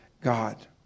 God